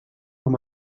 amb